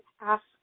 ask